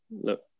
look